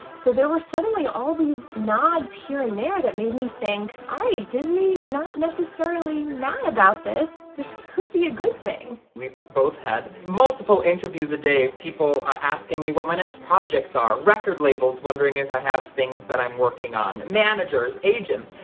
so there were suddenly all these nods here and there that made me think, all right disney's not necessarily mad about this. this could be a good thing. we've both had multiple interviews a day. people asking me what my next projects are, record labels wondering if i have things that i'm working on, managers, agents.